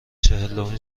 چهلمین